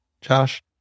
Josh